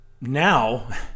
now